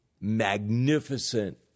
magnificent